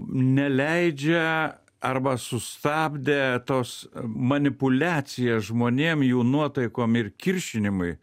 neleidžia arba sustabdė tos manipuliaciją žmonėm jų nuotaikom ir kiršinimui